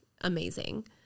amazing